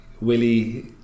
Willie